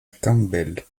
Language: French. campbell